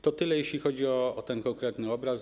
To tyle, jeśli chodzi o ten konkretny obraz.